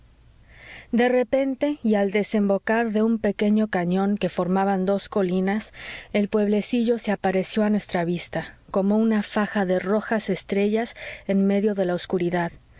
de repente y al desembocar de un pequeño cañón que formaban dos colinas el pueblecillo se apareció a nuestra vista como una faja de rojas estrellas en medio de la obscuridad